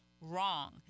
wrong